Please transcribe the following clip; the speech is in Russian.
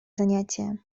занятия